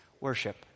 worship